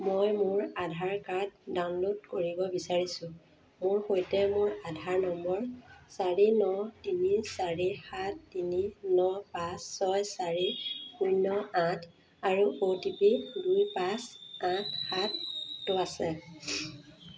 মই মোৰ Aadhaar card download কৰিব বিচাৰিছোঁ মোৰ সৈতে মোৰ আধাৰ নম্বৰ চাৰি ন তিনি চাৰি সাত তিনি ন পাঁচ ছয় চাৰি শূন্য আঠ আৰু অ' টি পি দুই পাঁচ আঠ সাতটো আছে